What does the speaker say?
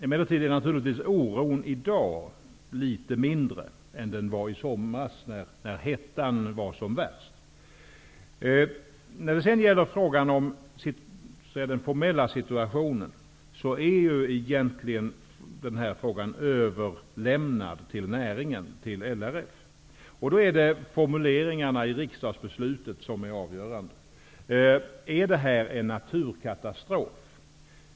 Emellertid är oron i dag naturligtvis litet mindre än den var i somras, när hettan var som värst. När det gäller den formella situationen, har den här frågan överlämnats till näringen, till LRF. Det är då formuleringarna i riksdagsbeslutet som är avgörande. Var detta en naturkatastrof?